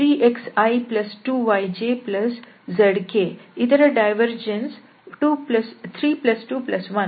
ಈಗ 3xi2yjzk ಇದರ divergence 321 ಅಂದರೆ ಇಲ್ಲಿ 6